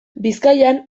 bizkaian